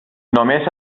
només